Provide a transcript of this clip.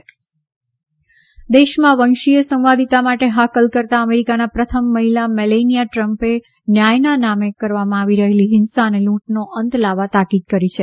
America Melania દેશમાં વંશીય સંવાદિતા માટે હાકલ કરતાં અમેરિકાનાં પ્રથમ મહિલા મેલેનીયા ટ્રમ્પે ન્યાયના નામે કરવામાં આવી રહેલી હિંસા અને લૂંટનો અંત લાવવા તાકીદ કરી છે